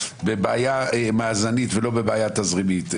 בבעיה מאזנית ולא בבעיה תזרימית,